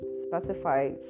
specify